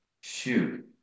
shoot